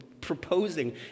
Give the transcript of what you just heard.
proposing